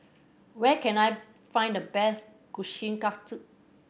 where can I find the best Kushikatsu